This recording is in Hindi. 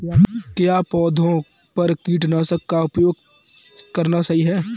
क्या पौधों पर कीटनाशक का उपयोग करना सही है?